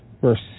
verse